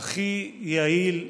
הכי יעיל,